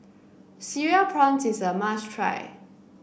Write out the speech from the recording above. Cereal Prawns is a must try